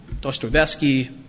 Dostoevsky